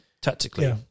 tactically